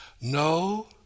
No